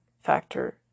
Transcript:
factor